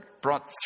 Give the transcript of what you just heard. brought